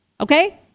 Okay